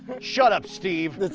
shut up steve!